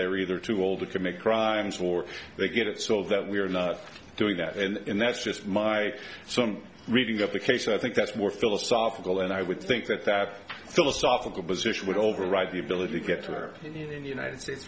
they are either too old to commit crimes or they get it so that we're not doing that and that's just my reading of the case i think that's more philosophical and i would think that that philosophical position would override the ability to get her in the united states